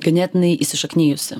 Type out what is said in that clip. ganėtinai įsišaknijusi